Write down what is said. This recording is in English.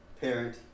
parent